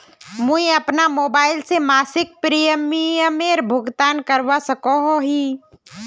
मुई अपना मोबाईल से मासिक प्रीमियमेर भुगतान करवा सकोहो ही?